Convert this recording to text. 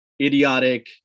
idiotic